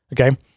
Okay